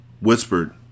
Whispered